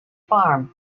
farm